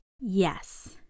yes